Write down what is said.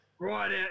Right